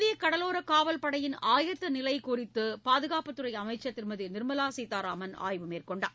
இந்தியக் கடலோரக் காவல்படையின் ஆயத்த நிலை குறித்து பாதுகாப்பு அமைச்சர் திருமதி நிர்மலா சீதாராமன் ஆய்வு செய்துள்ளார்